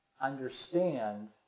understand